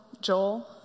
Joel